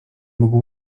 mógł